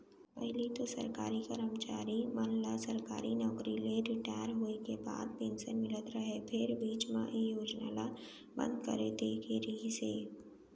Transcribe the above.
पहिली तो सरकारी करमचारी मन ल सरकारी नउकरी ले रिटायर होय के बाद पेंसन मिलत रहय फेर बीच म ए योजना ल बंद करे दे गे रिहिस हे